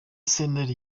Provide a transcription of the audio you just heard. sentare